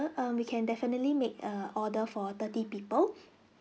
um we can definitely make err order for thirty people